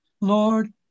Lord